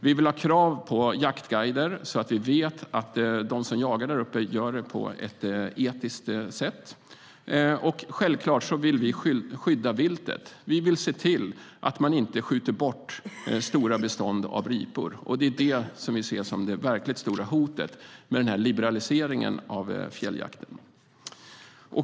Vi vill ha krav på jaktguider, så att vi vet att de som jagar där uppe gör det på ett etiskt sätt. Och självklart vill vi skydda viltet. Vi vill se till att man inte skjuter bort stora bestånd av ripor. Det är det som vi ser som det verkligt stora hotet med den här liberaliseringen av fjälljakten.